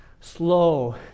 slow